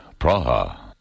Praha